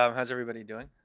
um how's everybody doing?